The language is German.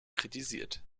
kritisiert